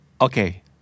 Okay